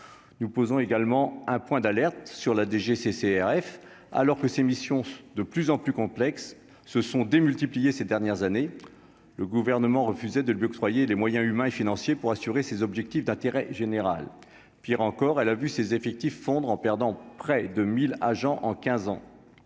nous posons également un point d'alerte sur la DGCCRF alors que ses missions de plus en plus complexes se sont démultipliés, ces dernières années, le gouvernement refusait de lui octroyer les moyens humains et financiers pour assurer ses objectifs d'intérêt général, pire encore, elle a vu ses effectifs fondre en perdant près de 1000 agents en 15 ans